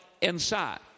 inside